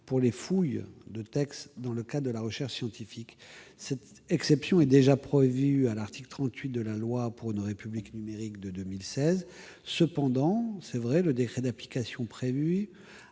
pour les fouilles de textes, dans le cadre de la recherche scientifique. Cette exception est déjà visée à l'article 38 de la loi du 7 octobre 2016 pour une République numérique. Néanmoins, c'est vrai, le décret d'application prévu